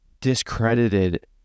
discredited